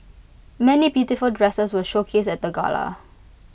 many beautiful dresses were showcased at the gala